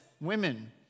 women